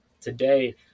today